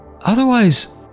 Otherwise